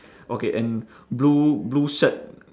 okay and blue blue shirt